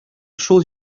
шул